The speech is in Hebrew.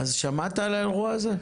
שמעת על האירוע הזה?